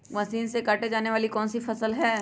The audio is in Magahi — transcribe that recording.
मशीन से काटे जाने वाली कौन सी फसल है?